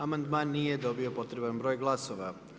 Amandman nije dobio potreban broj glasova.